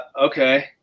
okay